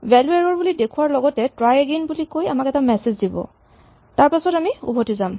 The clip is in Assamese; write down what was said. ভ্যেলু এৰ'ৰ বুলি দেখুওৱাৰ লগতে ট্ৰাই এগেইন বুলি কৈ এটা মেছেজ দিব তাৰপাছত আমি উভতি যাম